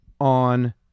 on